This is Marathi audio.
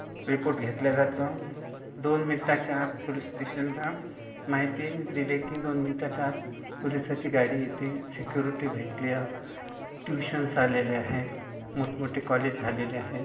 रिपोट घेतल्या जातो दोन मिनटाच्या आत पुलिस स्टेशनला माहिती दिले की दोन मिनटाच्या आत पुलिसाची गाडी येते सिक्युरिटी भेटल्या ट्युशन्स आलेले आहे मोठमोठे कॉलेज झालेले आहे